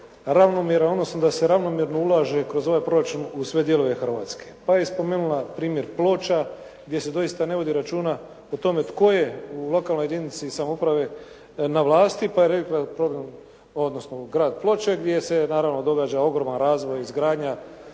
ravnomjerno odnosno da se ravnomjerno ulaže kroz ovaj proračun u sve dijelove Hrvatske, pa je spomenula primjer Ploča gdje se doista ne vodi računa o tome tko je u lokalnoj jedinici samouprave na vlasti odnosno grad Ploče gdje se naravno događa ogroman razvoj, izgradnja